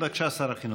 בבקשה, שר החינוך.